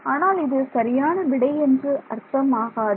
ஆனால் இது சரியான விடை என்று அர்த்தம் ஆகாது